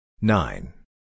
nine